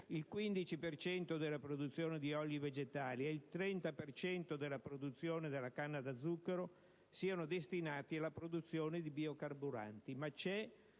cento della produzione di oli vegetali ed il 30 per cento della produzione della canna da zucchero siano destinate alla produzione di biocarburanti. C'è